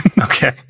Okay